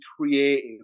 creative